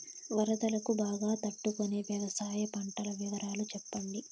వరదలకు బాగా తట్టు కొనే వ్యవసాయ పంటల వివరాలు చెప్పండి?